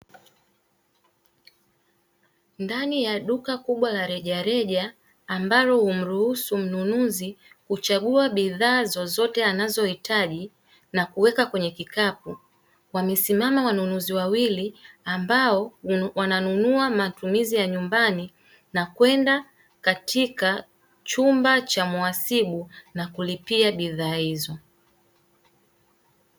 Ndani ya duka kubwa la rejareja ambalo humruhusu mnunuzi kuchagua bidhaa zozote anazohitaji na kuweka kwenye kikapu, wamesimama wanunuzi wawili ambao wananunua matumizi ya nyumbani na kwenda katika chumba cha muhasibu na kulipia bidhaa hzo.